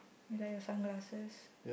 you like your sunglasses